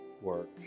work